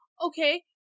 Okay